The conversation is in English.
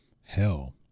Hell